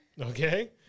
Okay